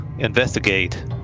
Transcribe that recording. investigate